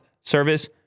service